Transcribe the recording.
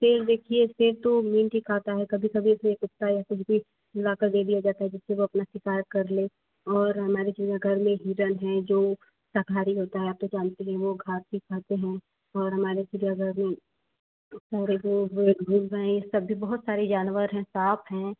शेर देखिए शेर तो मींट ही खाता है कभी कभी तो कुत्ता या कुछ भी लाकर दे दिया जाता है जिससे वह अपना शिकार कर ले और हमारे चिड़ियाघर में हिरण है जो शाकाहारी होता है आप तो जानते हैं वो घांस भी खाते हैं और हमारे चिड़ियाघर में ख़रगोश यह सब भी बहुत सारे जानवर हैं साँप हैं